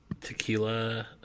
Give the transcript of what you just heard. Tequila